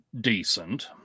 decent